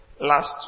Last